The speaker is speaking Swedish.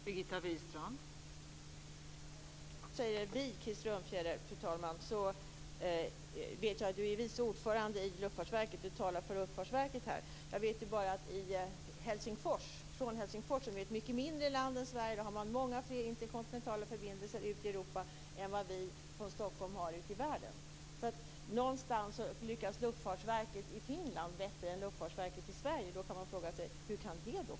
Fru talman! När Krister Örnfjäder säger vi talar han för Luftfartsverket. Jag vet att han är vice ordförande i Luftfartsverket. Från Helsingfors i Finland, som är ett mycket mindre land än Sverige, har man många fler interkontinentala förbindelser ut i Europa än vi har från Stockholm ut i världen. Någonstans lyckas luftfartsverket i Finland bättre än Luftfartsverket i Sverige. Då kan man fråga sig: Hur kan det komma sig?